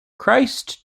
christ